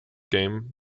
game